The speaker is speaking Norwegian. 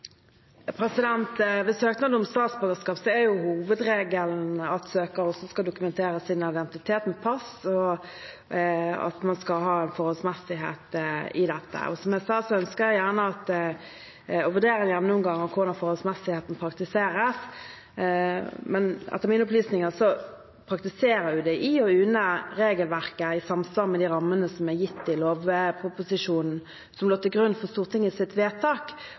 om statsborgerskap er hovedregelen at søkeren skal dokumentere sin identitet med pass, og at man skal ha en forholdsmessighet i dette. Som jeg sa, ønsker jeg å vurdere å foreta en gjennomgang av hvordan forholdsmessigheten praktiseres, men etter mine opplysninger praktiserer UDI og UNE regelverket i samsvar med de rammene som er gitt i lovproposisjonen som lå til grunn for Stortingets vedtak.